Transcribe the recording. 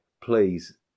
please